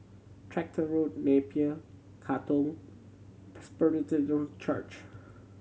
Tractor Road Napier Katong Presbyterian Church